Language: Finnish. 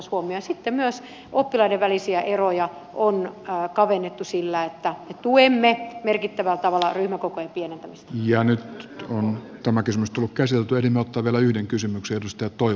ja sitten myös oppilaiden välisiä eroja on kavennettu sillä että tuemme merkittävällä tavallaan ryhmäkokoja pienen ja nyt on tämä kysymys tuo käsi on todennut talvella tavalla ryhmäkokojen pienentämistä